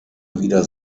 wieder